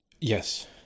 Yes